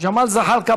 ג'מאל זחאלקה.